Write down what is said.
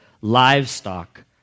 livestock